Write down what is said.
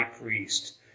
priest